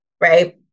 Right